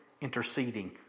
interceding